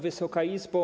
Wysoka Izbo!